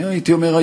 הייתי אומר,